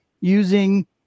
using